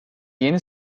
yeni